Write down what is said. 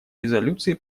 резолюции